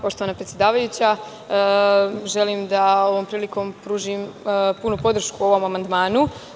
Poštovana predsedavajuća, želim da ovom prilikom pružim punu podršku ovom amandmanu.